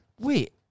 Wait